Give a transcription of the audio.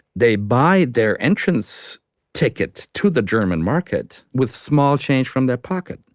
they buy their entrance ticket to the german market with small change from their pocket,